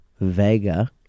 Vega